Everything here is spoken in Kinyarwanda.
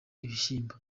ibishyimbo